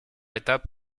étape